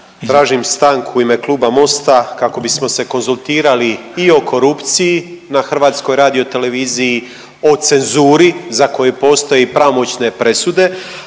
Tražim stanku u ime Kluba Mosta kako bismo se konzultirali i o korupciji na HRT-u, o cenzuri za koje postoje i pravomoćne presude,